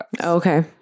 okay